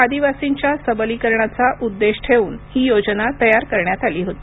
आदिवासीच्या सबलीकरणाचा उद्देश ठेवून ही योजना तयार करण्यात आली होती